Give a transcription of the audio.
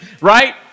right